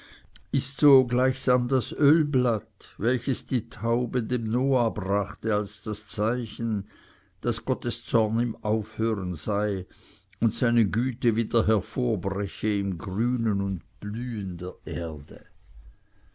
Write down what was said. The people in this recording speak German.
ist so gleichsam das ölblatt welches die taube dem noah brachte als das zeichen daß gottes zorn im aufhören sei und seine güte wieder hervorbreche im grünen und blühen der erde